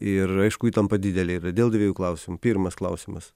ir aišku įtampa didelė ir dėl dviejų klausimų pirmas klausimas